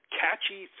catchy